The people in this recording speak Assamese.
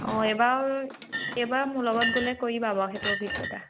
অঁ এইবাৰ এইবাৰ মোৰ লগত গ'লে কৰিবা বাৰু সেইটো অভিজ্ঞতা